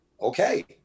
Okay